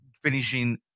finishing